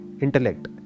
intellect